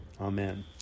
Amen